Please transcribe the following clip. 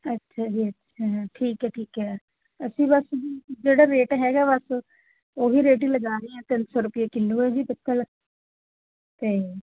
ਅੱਛਾ ਜੀ ਅੱਛਾ ਠੀਕ ਹੈ ਠੀਕ ਹੈ ਅਸੀਂ ਬਸ ਜੀ ਜਿਹੜਾ ਰੇਟ ਹੈਗਾ ਬਸ ਉਹੀ ਰੇਟ ਹੀ ਲਗਾ ਰਹੇ ਹਾਂ ਤਿੰਨ ਸੌ ਰੁਪਏ ਕਿਲੋ ਹੈ ਜੀ ਪਿੱਤਲ ਅਤੇ